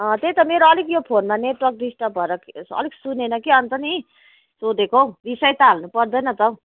त्यही त मेरो अलिक यो फोनमा नेटवर्क डिस्टर्ब भएर अलिक सुनेन कि अन्त नि सोधेको हौ रिसाई त हाल्नु पर्दैन त हौ